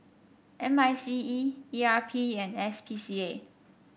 M I C E E R P and S P C A